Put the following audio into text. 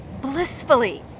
Blissfully